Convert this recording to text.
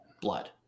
blood